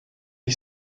est